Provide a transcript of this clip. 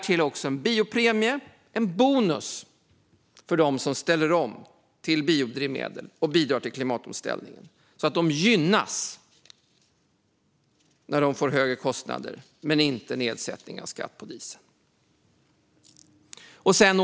Det finns inte nu, men vi hoppas på det framöver. Därtill har vi föreslagit en biopremie, en bonus för dem som ställer om till biodrivmedel och bidrar till klimatomställningen så att de gynnas när de får högre kostnader men inte nedsättning av skatt på diesel.